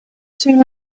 too